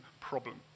problem